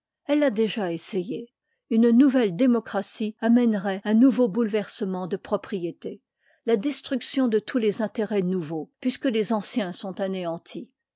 elle i a déjàessayé ip part une nouvelle démocratie amèneroit un nouliv lï veau bouletcrsement de propriétés la destruction de tous les intérêts nouveaux puisque les anciens sont anéantis